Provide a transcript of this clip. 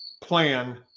plan